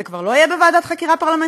זה כבר לא יהיה בוועדת חקירה פרלמנטרית,